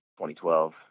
2012